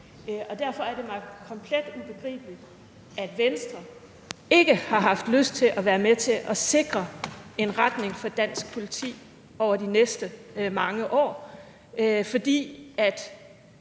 Derfor er det mig komplet ubegribeligt, at Venstre ikke har haft lyst til at være med til at sikre en retning for dansk politi over de næste mange år.